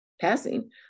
passing